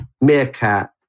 Meerkat